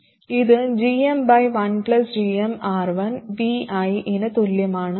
ഇത് gm1gmR1vi ന് തുല്യമാണ്